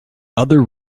other